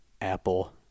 Apple